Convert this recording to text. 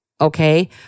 okay